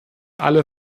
alle